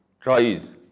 tries